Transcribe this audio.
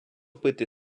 пити